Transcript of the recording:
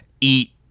eat